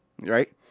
right